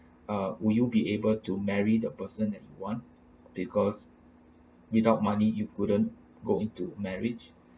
uh would you be able to marry the person that want because without money you've couldn't go into marriage